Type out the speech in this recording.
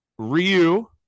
Ryu